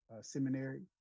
seminary